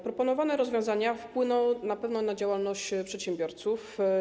Proponowane rozwiązania wpłyną na pewno na działalność przedsiębiorców.